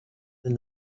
then